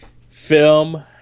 film